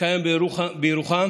שקיים בירוחם